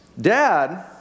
Dad